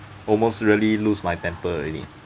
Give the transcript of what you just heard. almost really lose my temper already